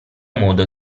modo